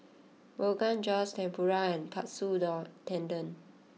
Rogan Josh Tempura Katsu Tendon